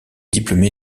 diplômé